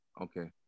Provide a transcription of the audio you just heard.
okay